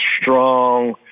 strong